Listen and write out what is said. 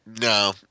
No